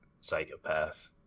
Psychopath